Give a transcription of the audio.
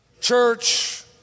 church